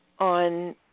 on